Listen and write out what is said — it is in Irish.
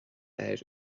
air